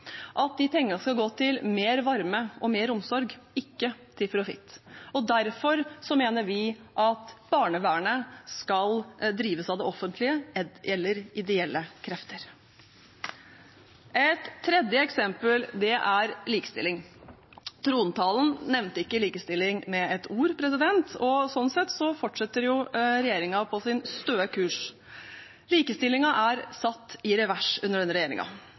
kommer de mest utsatte ungene til gode, at pengene skal gå til mer varme og mer omsorg, ikke til profitt. Derfor mener vi at barnevernet skal drives av det offentlige eller av ideelle krefter. Et tredje eksempel er likestilling. Trontalen nevnte ikke likestilling med et ord. Sånn sett fortsetter jo regjeringen sin støe kurs. Likestillingen er satt i revers under denne